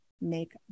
make